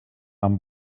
amb